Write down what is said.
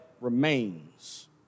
remains